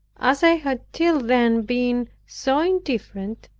as i had till then been so indifferent,